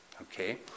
okay